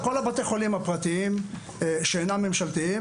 כל בתי החולים הפרטיים שאינם ממשלתיים